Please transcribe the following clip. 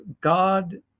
God